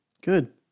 good